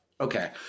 Okay